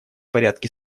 порядке